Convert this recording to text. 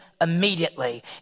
immediately